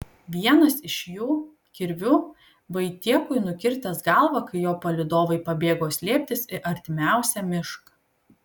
vienas iš jų kirviu vaitiekui nukirtęs galvą kai jo palydovai pabėgo slėptis į artimiausią mišką